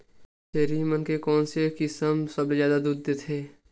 छेरी मन के कोन से किसम सबले जादा दूध देथे?